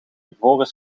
ivoren